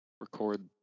Record